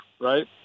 right